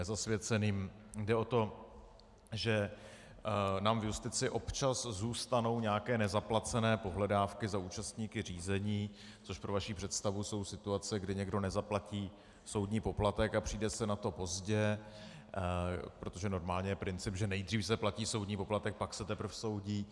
Jde o to, že nám v justici občas zůstanou nějaké nezaplacené pohledávky za účastníky řízení, což pro vaši představu jsou situace, kdy někdo nezaplatí soudní poplatek a přijde se na to pozdě, protože normálně je princip, že nejdřív se platí soudní poplatek, pak se teprv soudí.